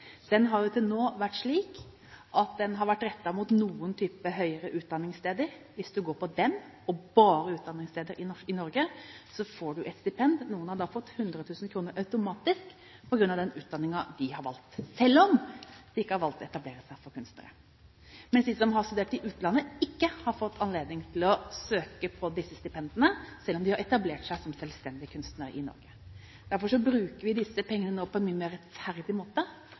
Den har til nå vært rettet mot noen typer høyere utdanningssteder. Hvis du går på disse og bare på utdanningssteder i Norge, får du et stipend. Noen har automatisk fått 100 000 kr på grunn av den utdanningen de har valgt, selv om de ikke har valgt å etablere seg som kunstnere, mens de som har studert i utlandet, ikke har fått anledning til å søke på disse stipendiene, selv om de har etablert seg som selvstendige kunstnere i Norge. Derfor bruker vi disse pengene nå på en mye mer rettferdig måte,